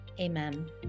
Amen